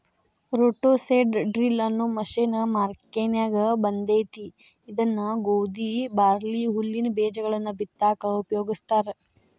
roto seed drill ಅನ್ನೋ machine ಮಾರ್ಕೆನ್ಯಾಗ ಬಂದೇತಿ ಇದನ್ನ ಗೋಧಿ, ಬಾರ್ಲಿ, ಹುಲ್ಲಿನ ಬೇಜಗಳನ್ನ ಬಿತ್ತಾಕ ಉಪಯೋಗಸ್ತಾರ